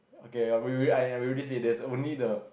okay ya we already and I already said this only the